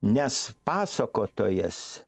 nes pasakotojas